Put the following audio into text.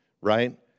right